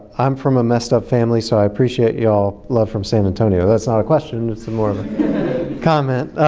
i'm from a messed up family so i appreciate you all. love from san antonio. that's not a question. it's more of a comment.